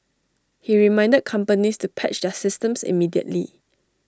he reminded companies to patch their systems immediately